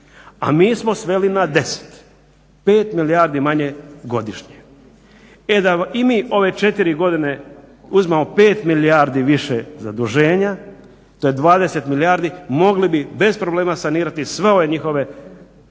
a mi smo sveli na 10. 5 milijardi manje godišnje. E da i mi ove četiri godine uzimamo 5 milijardi više zaduženja, to je 20 milijardi mogli bi bez problema sanirati sve ove njihove